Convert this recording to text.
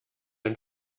ein